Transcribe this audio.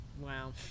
Wow